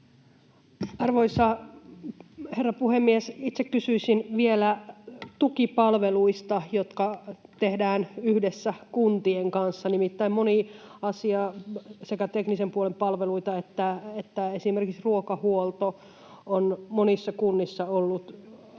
Arvoisa herra puhemies! Itse kysyisin vielä tukipalveluista, jotka tehdään yhdessä kuntien kanssa. Nimittäin moni asia, sekä teknisen puolen palvelut että esimerkiksi ruokahuolto, on monissa kunnissa ollut yhtenäinen,